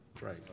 Right